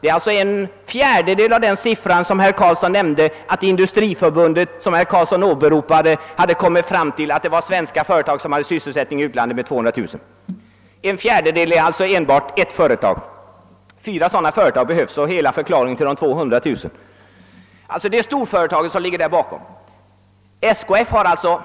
Det är alltså en fjärdedel av den siffra herr Karlsson nämnde. Industriförbundet, som han åberopade, hade kommit fram till att svenska företag hade sysselsättning i utlandet för 200 000. Fyra sådana företag som SKF behövs, och vi har hela förklaringen till de 200 000. Det är storföretag som ligger bakom. Av de 68 000 anställda har alltså SKF